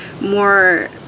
more